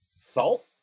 salt